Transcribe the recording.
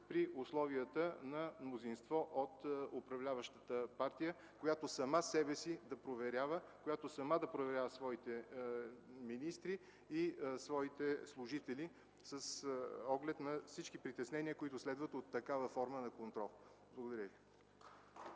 при условията на мнозинство от управляващата партия, която сама себе си да проверява, сама да проверява своите министри и своите служители с оглед на всички притеснения, които следват от такава форма на контрол. Благодаря.